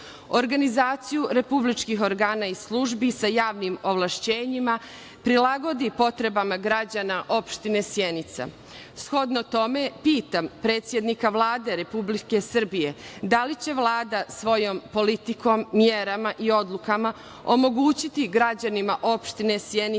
organizaciju republičkih organa i službi sa javnim ovlašćenjima prilagodi potrebama građana opštine Sjenica. Shodno tome, pitam predsednika Vlade Republike Srbije da li će Vlada svojom politikom, merama i odlukama omogućiti građanima opštine Sjenica